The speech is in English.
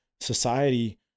society